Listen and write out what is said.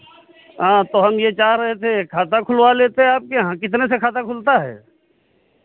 हाँ तो हम ये चाह रहे थे खाता खुलवा लेते आपके यहाँ कितने से खाता खुलता है